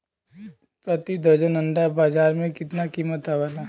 प्रति दर्जन अंडा के बाजार मे कितना कीमत आवेला?